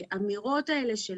והאמירות האלה של